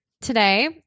Today